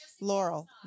Laurel